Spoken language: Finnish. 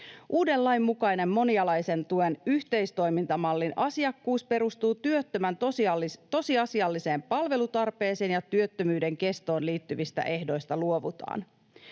Uuden lain mukainen monialaisen tuen yhteistoimintamallin asiakkuus perustuu työttömän tosiasialliseen palvelutarpeeseen, ja työttömyyden kestoon liittyvistä ehdoista luovutaan.